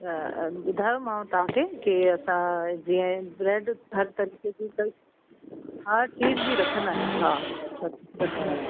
ॿुधायो मां तव्हांखे कीअं असां जीअं ब्रेड हर तरीक़े जा हा चीज़ रखंदा आहियूं हा रखंदा आहियूं